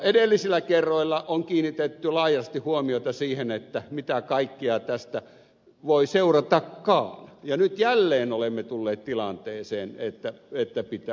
edellisillä kerroilla on kiinnitetty laajasti huomiota siihen mitä kaikkea tästä voi seuratakaan ja nyt jälleen olemme tulleet tilanteeseen että pitää muuttaa